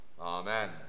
Amen